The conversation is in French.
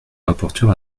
rapporteur